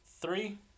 three